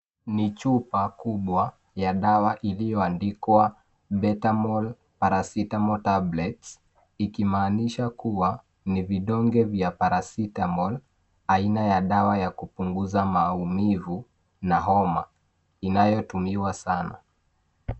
Ni chupa kubwa ya dawa iliyoandikwa Betamol, Paracetamol Tablets. Ikimaanisha kuwa ni vidonge vya Paracetamol, aina ya dawa ya kupunguza maumivu na homa, inayotumiwa sana.